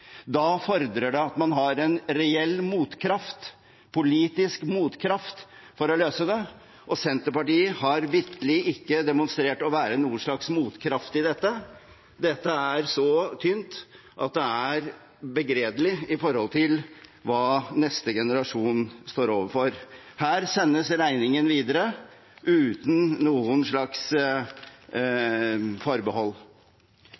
Da fordrer det at man har en reell motkraft, en politisk motkraft, for å løse det, og Senterpartiet har vitterlig ikke demonstrert å være noen motkraft i dette. Dette er så tynt at det er begredelig med hensyn til hva neste generasjon står overfor. Her sendes regningen videre, uten noen